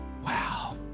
Wow